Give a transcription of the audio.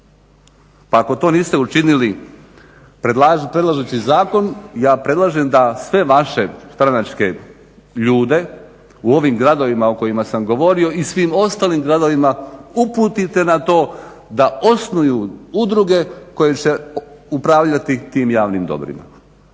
Pa ako to niste učinili predlažući zakon ja predlažem da sve vaše stranačke ljude u ovim gradovima o kojima sam govorio i svim ostalim gradovima uputite na to da osnuju udruge koje će upravljati tim javnim dobrima.